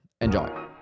Enjoy